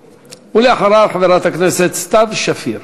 ואחריו, חברת הכנסת סתיו שפיר.